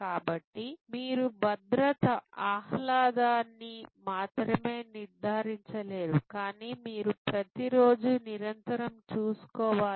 కాబట్టి మీరు భద్రత ఆహ్లాదాన్ని మాత్రమే నిర్ధారించలేరు కానీ మీరు ప్రతి రోజు నిరంతరం చూసుకోవాలి